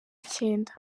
icyenda